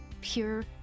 pure